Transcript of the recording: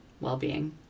well-being